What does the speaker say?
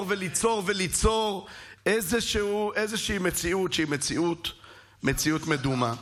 וליצור איזושהי מציאות שהיא מציאות מדומה.